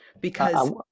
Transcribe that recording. Because-